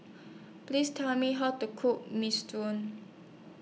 Please Tell Me How to Cook Minestrone